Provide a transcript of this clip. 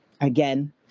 again